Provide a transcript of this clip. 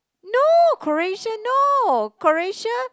no Croatia no Croatia